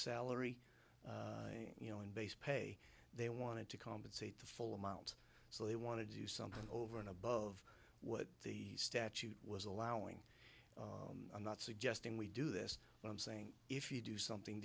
salary and you know in base pay they wanted to compensate the full amount so they want to do something over and above what the statute was allowing i'm not suggesting we do this but i'm saying if you do something